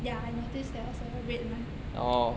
ya I noticed there was a red line